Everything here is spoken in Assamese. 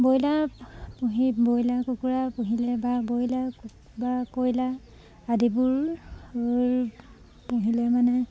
ব্ৰইলাৰ পুহি ব্ৰইলাৰ কুকুৰা পুহিলে বা ব্ৰইলাৰ বা কয়লা আদিবোৰ পুহিলে মানে